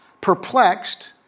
perplexed